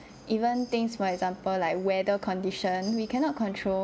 even things for example like weather condition we cannot control